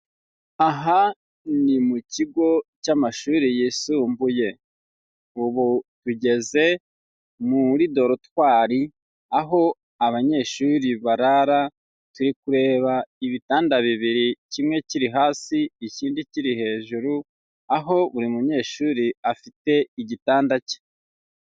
Aha ni mu kigo cy'amashuri yisumbuye, ubu tugeze muri dorutwari aho abanyeshuri barara, turi kureba ibitanda bibiri, kimwe kiri hasi, ikindi kiri hejuru, aho buri munyeshuri afite igitanda cye.